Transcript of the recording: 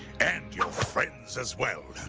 and your friends as well.